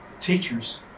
teachers